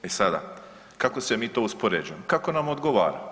E sada, kako se mi to uspoređujemo, kako nam odgovara.